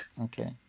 Okay